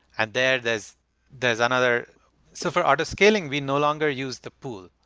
and there, there's there's another so for auto-scaling, we no longer use the pool.